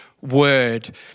word